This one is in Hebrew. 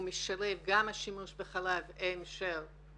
הוא משלב גם את השימוש בחלב אם של האימהות